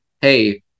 hey